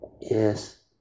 yes